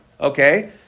Okay